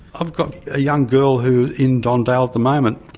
i've got a young girl who's in don dale at the moment.